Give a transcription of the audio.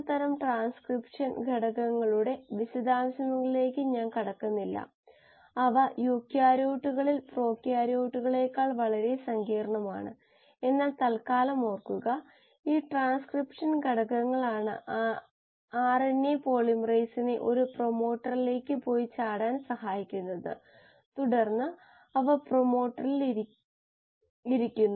ഇവ മെക്കാനിസത്തിലെ ഓരോ ഘട്ടങ്ങളുടെ നിരക്ക് സ്ഥിരതകളുമായി പൊരുത്തപ്പെടുന്നു എൻസൈം അധികം സബ്സ്ട്രേറ്റ് നിങ്ങൾക്ക് എൻസൈം സബ്സ്റ്റേറ്റ് കോംപ്ലക്സ് നൽകുന്നു ഇത് നിങ്ങൾക്ക് എൻസൈം തിരികെ നൽകുകയും ഇഷ്ടമുള്ള ഉൽപ്പന്നം നൽകുകയും ചെയ്യുന്നു